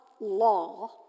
law